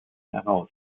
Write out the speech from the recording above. heraus